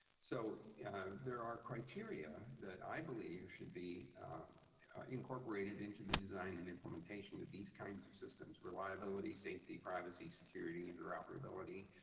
so there are criteria that i believe should be incorporated into the design and implementation of these kinds of systems reliability, safety, privacy, security, interoperability,